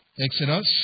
Exodus